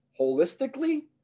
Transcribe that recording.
holistically